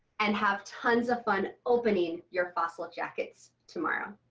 and have tons of fun opening your fossil jackets tomorrow.